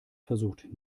versucht